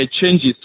changes